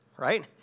right